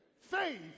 faith